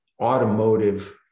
automotive